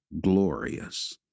glorious